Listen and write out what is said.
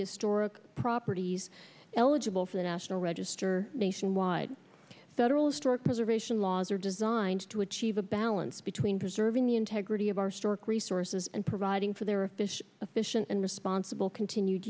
historic properties eligible for the national register nationwide federal district preservation laws are designed to achieve a balance between preserving the integrity of our storch resources and providing for their fish efficient and responsible continue